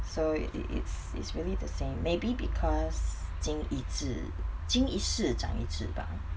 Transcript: so it it's it's really the same maybe because 经一智经一事长一智 bah